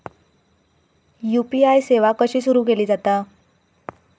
UPI सेवा कशी सुरू केली जाता?